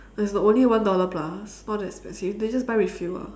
it's the only one dollar plus not that expensive then just buy refill ah